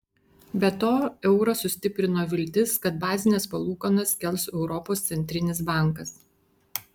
be to eurą sustiprino viltis kad bazines palūkanas kels europos centrinis bankas